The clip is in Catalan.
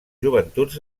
joventuts